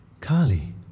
Kali